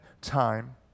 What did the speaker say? time